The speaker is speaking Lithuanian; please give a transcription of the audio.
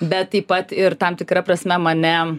bet taip pat ir tam tikra prasme mane